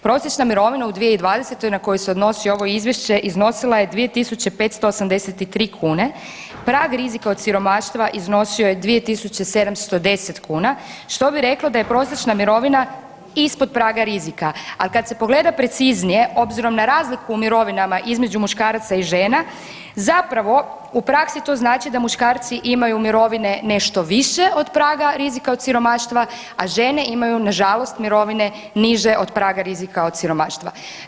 Prosječna mirovina u 2020. na koju se odnosi ovo izvješće iznosila je 2.583 kune, pravi rizik od siromaštva iznosio je 2.710 kuna, što bi reklo da je prosječna mirovina ispod praga rizika, al kad se pogleda preciznije obzirom na razliku u mirovinama između muškaraca i žena zapravo u praksi to znači da muškarci imaju mirovine nešto više od praga rizika od siromaštva, a žene imaju nažalost mirovine niže od praga rizika od siromaštva.